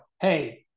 hey